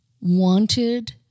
wanted